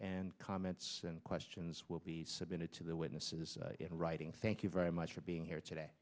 and comments and questions will be submitted to the witnesses in writing thank you very much for being here today